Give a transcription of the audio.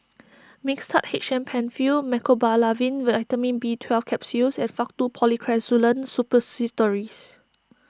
Mixtard H M Penfill Mecobalamin Vitamin B Twelve Capsules and Faktu Policresulen Suppositories